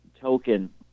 token